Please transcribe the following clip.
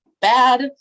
bad